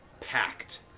packed